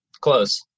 Close